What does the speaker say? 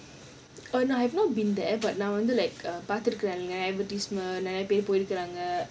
err I have not been there but நான் பாத்து இருக்கன்:naan paathu irukkan advertisement நெறைய பேரு போவாங்க:neraya peru powanga